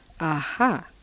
Aha